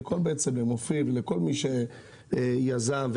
למופיד ולכל מי שיזם,